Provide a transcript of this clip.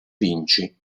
vinci